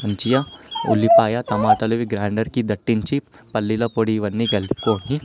మంచిగా ఉల్లిపాయ టమాటాలు ఇవి గ్రైండర్కి దట్టించి పల్లీల పొడి ఇవన్నీ కలుపుకొని